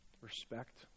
Respect